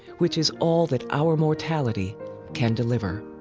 which is all that our mortality can deliver.